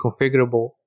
configurable